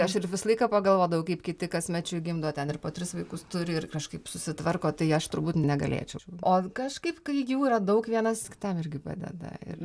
aš ir visą laiką pagalvodavau kaip kiti kasmečiui gimdo ten ir po tris vaikus turi ir kažkaip susitvarko tai aš turbūt negalėčiau o kažkaip kai jų yra daug vienas kitam irgi padeda ir